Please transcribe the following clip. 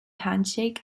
handshake